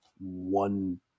one